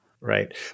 Right